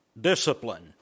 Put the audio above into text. Discipline